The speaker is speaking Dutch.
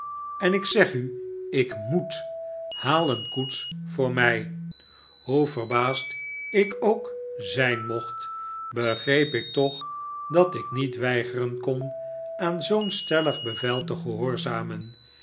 en ik zeg u ik moet haal een koets voor mij hoe verbaasd ik ook zijn mocht begreep ik toch dat ik niet weigeren kon aan zoo'n stellig bevel te gehoorzamen